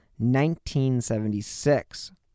1976